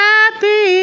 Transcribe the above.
Happy